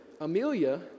Amelia